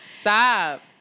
Stop